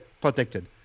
protected